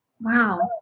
Wow